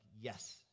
yes